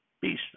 Peace